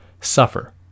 suffer